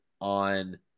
on